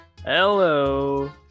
Hello